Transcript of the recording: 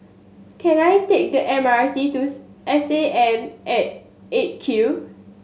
can I take the M R T to S A M at Eight Q